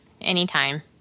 Anytime